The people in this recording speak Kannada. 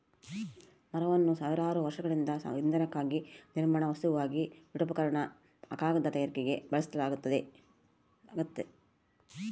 ಮರವನ್ನು ಸಾವಿರಾರು ವರ್ಷಗಳಿಂದ ಇಂಧನಕ್ಕಾಗಿ ನಿರ್ಮಾಣ ವಸ್ತುವಾಗಿ ಪೀಠೋಪಕರಣ ಕಾಗದ ತಯಾರಿಕೆಗೆ ಬಳಸಲಾಗ್ತತೆ